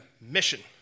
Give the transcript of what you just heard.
mission